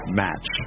match